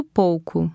pouco